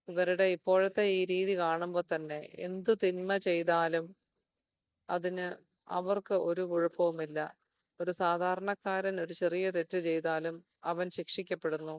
ഇവരുടെ ഇപ്പോഴത്തെ ഈ രീതി കാണുമ്പോൾ തന്നെ എന്ത് തിന്മ ചെയ്താലും അതിന് അവർക്ക് ഒരു കുഴപ്പവുമില്ല ഒരു സാധാരണക്കാരൻ ഒരു ചെറിയ തെറ്റ് ചെയ്താലും അവൻ ശിക്ഷിക്കപ്പെടുന്നു